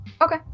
Okay